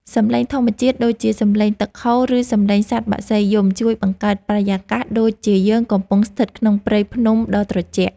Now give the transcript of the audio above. សំឡេងធម្មជាតិដូចជាសំឡេងទឹកហូរឬសំឡេងសត្វបក្សីយំជួយបង្កើតបរិយាកាសដូចជាយើងកំពុងស្ថិតក្នុងព្រៃភ្នំដ៏ត្រជាក់។